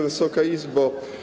Wysoka Izbo!